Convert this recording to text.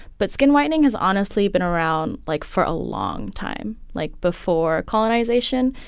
but skin whitening has honestly been around, like, for a long time, like before colonization.